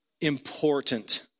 important